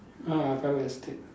ah private estate